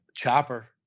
Chopper